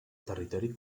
territori